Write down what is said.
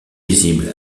visible